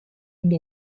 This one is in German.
und